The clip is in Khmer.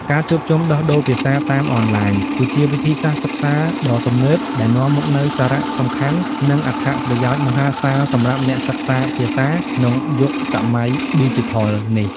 ការជួបជុំដោះដូរភាសាតាមអនឡាញ គឺជាវិធីសាស្ត្រសិក្សាដ៏ទំនើបដែលនាំមកនូវសារៈសំខាន់ និងអត្ថប្រយោជន៍មហាសាលសម្រាប់អ្នកសិក្សាភាសាក្នុងយុគសម័យឌីជីថលនេះ។